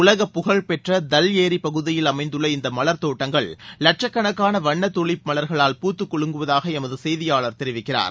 உலக புகழ்பெற்ற தல் ஏரி பகுதியில் அமைந்துள்ள இந்த மலர்த் தோட்டங்கள் வட்ச கணக்காள வண்ண தூலிப் மலர்களால் பூத்து குலுங்குவதாக எமது செய்தியாளர் தெரிவிக்கிறார்